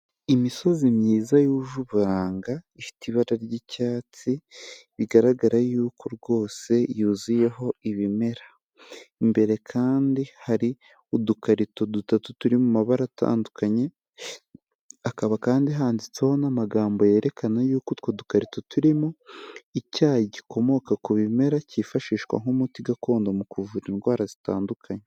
Imisozi myiza yuje uburanga, ifite ibara ry'icyatsi, bigaragara yuko rwose yuzuyeho ibimera. Imbere kandi hari udukarito dutatu turi mu mabara atandukanye, hakaba kandi handitseho n'amagambo yerekana yuko utwo dukarito turimo icyayi gikomoka ku bimera cyifashishwa nk'umuti gakondo mu kuvura indwara zitandukanye.